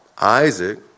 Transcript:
Isaac